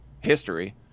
history